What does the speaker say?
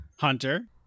Hunter